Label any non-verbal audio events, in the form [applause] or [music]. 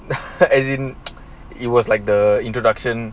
[laughs] as in it was like the introduction